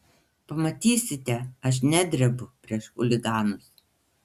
pamatysite aš nedrebu prieš chuliganus